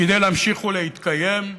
כדי להמשיך ולהתקיים.